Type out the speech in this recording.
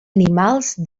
animals